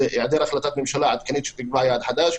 הוא: היעדר החלטת ממשלה עדכנית שתקבע יעד חדש.